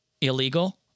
illegal